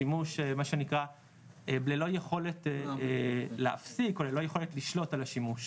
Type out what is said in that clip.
שימוש מה שנקרא ללא יכולת להפסיק או ללא יכולת לשלוט על השימוש,